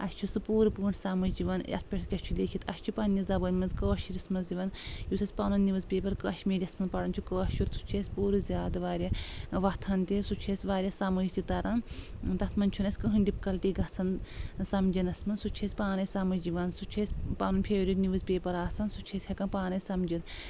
اسہِ چھُ سُہ پوٗرٕ پٲٹھۍ سمٕجھ یِوان یتھ پٮ۪ٹھ کیٛاہ چھُ لیٚکھِتھ اسہِ چھُ پننہِ زبٲنۍ منٛز کٲشرِس منٛز یِوان یُس اسہِ پنُن نیوٕز پیپر کشمیٖری یس منٛز پران چھِ کٲشر سُہ چھِ اسہِ پوٗرٕ زیادٕ واریاہ وتھان تہِ سُہ چھ اسہِ سمٕجھ تہِ تران تتھ منٛز چھُنہٕ اسہِ کٕہیٖنۍ ڈفکلٹی گژھان سمجِھنس منٛز سُہ چھ اسہِ پانے سمٕجھ یِوان سُہ چھ اسہِ پنُن فیورٹ نیوٕز پیپر آسان سُہ چھِ أسۍ ہٮ۪کان پانے سمجھِتھ